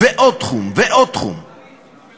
אם השלטון המקומי לא לוקח מנהיגות, אז מי ייקח?